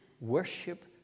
worship